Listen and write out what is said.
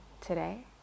today